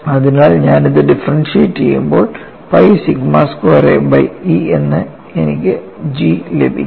അതിനാൽ ഞാൻ ഇത് ഡിഫറെൻഷ്യറ്റ് ചെയ്യുമ്പോൾ pi sigma square a by E എന്ന് എനിക്ക് G ലഭിക്കും